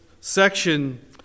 section